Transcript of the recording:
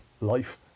life